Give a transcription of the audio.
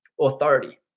authority